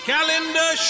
Calendar